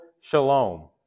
shalom